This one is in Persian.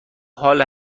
حال